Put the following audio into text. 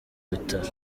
bitaro